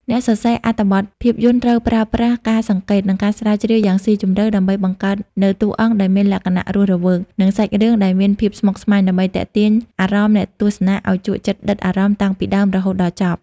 អ្នកសរសេរអត្ថបទភាពយន្តត្រូវប្រើប្រាស់ការសង្កេត និងការស្រាវជ្រាវយ៉ាងស៊ីជម្រៅដើម្បីបង្កើតនូវតួអង្គដែលមានលក្ខណៈរស់រវើក និងសាច់រឿងដែលមានភាពស្មុគស្មាញដើម្បីទាក់ទាញអារម្មណ៍អ្នកទស្សនាឱ្យជក់ចិត្តដិតអារម្មណ៍តាំងពីដើមរហូតដល់ចប់។